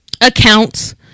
accounts